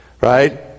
right